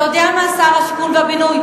אתה יודע מה, שר השיכון והבינוי?